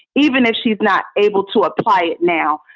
even if she's not able to apply it now,